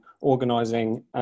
organising